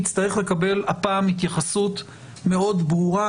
יצטרך לקבל הפעם התייחסות מאוד ברורה.